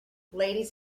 ladies